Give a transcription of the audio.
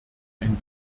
ein